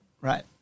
Right